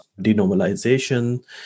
denormalization